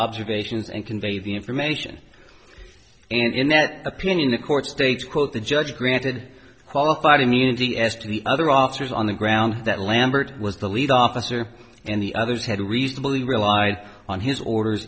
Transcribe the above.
observations and convey the information and in that opinion the court states quote the judge granted qualified immunity as to the other officers on the ground that lambert was the lead officer and the others had reasonable he relied on his orders